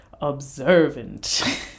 observant